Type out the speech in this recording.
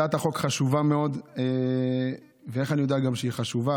הצעת החוק חשובה מאוד, ואיך אני יודע שהיא חשובה?